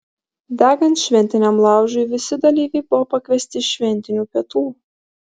degant šventiniam laužui visi dalyviai buvo pakviesti šventinių pietų